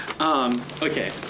Okay